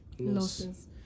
Losses